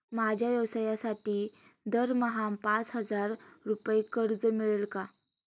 माझ्या व्यवसायासाठी दरमहा पाच हजार रुपये कर्ज मिळेल का?